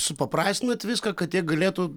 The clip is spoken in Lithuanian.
supaprastinat viską kad jie galėtų